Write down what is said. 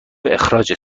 اخراجت